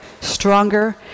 stronger